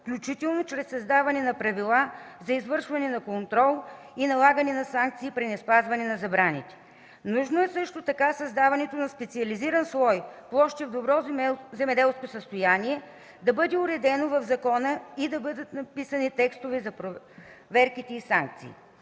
включително чрез създаване на правила за извършване на контрол и за налагане на санкции при неспазване на забраните. Нужно е също така създаването на специализиран слой "Площи в добро земеделско състояние" да бъде уредено в закона и да бъдат разписани текстове за проверките и санкции.